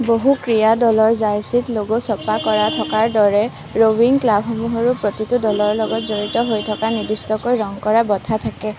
বহু ক্ৰীড়া দলৰ জাৰ্চিত ল'গ' ছপা কৰা থকাৰ দৰে ৰ'ৱিং ক্লাবসমূহৰো প্ৰতিটো দলৰ লগত জড়িত হৈ থকা নিৰ্দিষ্টকৈ ৰং কৰা বঠা থাকে